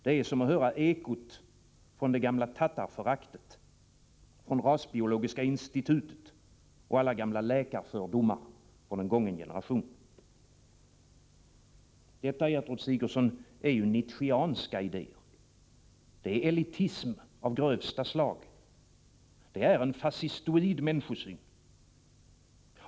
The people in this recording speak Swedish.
Det är som att höra ekot från det gamla tattarföraktet, från rasbiologiska institutet och alla gamla läkarfördomar från en gången generation. Detta, Gertrud Sigurdsen, är ju nietzscheanska idéer. Det är elitism av grövsta slag. Det är en fascistoid människosyn.